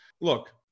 Look